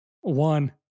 One